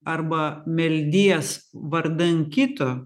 arba meldies vardan kito